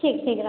ठीक ठीक रखू